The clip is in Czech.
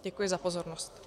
Děkuji za pozornost.